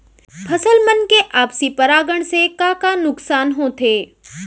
फसल मन के आपसी परागण से का का नुकसान होथे?